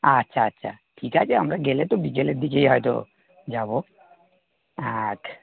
আচ্ছা আচ্ছা ঠিক আছে আমরা গেলে তো বিকেলের দিকেই হয়তো যাবো আট